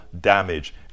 damage